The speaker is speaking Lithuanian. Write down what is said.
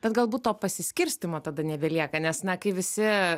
bet galbūt to pasiskirstymo tada nebelieka nes na kai visi